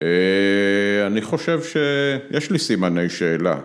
‫אה... אני חושב ש... יש לי סימני שאלה.